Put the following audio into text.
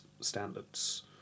standards